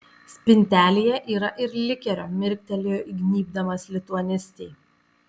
spintelėje yra ir likerio mirktelėjo įgnybdamas lituanistei